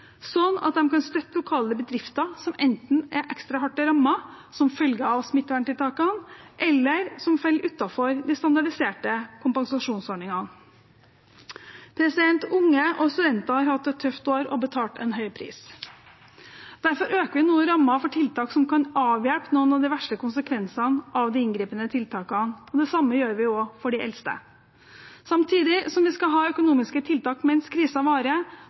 sånn at de kan støtte lokale bedrifter som enten er ekstra hardt rammet som følge av smitteverntiltakene, eller som faller utenfor de standardiserte kompensasjonsordningene. Unge og studenter har hatt et tøft år og har betalt en høy pris. Derfor øker vi nå rammen for tiltak som kan avhjelpe noen av de verste konsekvensene av de inngripende tiltakene. Det samme gjør vi for de eldste. Samtidig som vi skal ha økonomiske tiltak mens krisen varer,